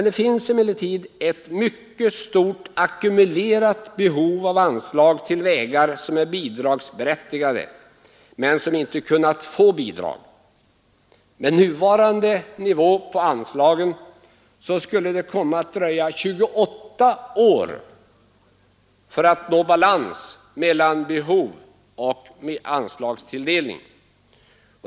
Det finns emellertid ett mycket stort ackumulerat behov av anslag till vägar som är bidragsberättigade men som inte kunnat få bidrag. Med nuvarande nivå på anslagen skulle det dröja 28 år att nå balans mellan behov och anslagstilldelning.